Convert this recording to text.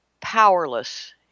powerless